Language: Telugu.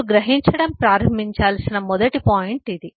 మీరు గ్రహించడం ప్రారంభించాల్సిన మొదటి పాయింట్ ఇది